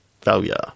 Failure